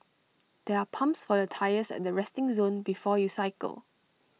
there are pumps for your tyres at the resting zone before you cycle